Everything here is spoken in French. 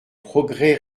progrès